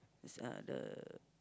these are the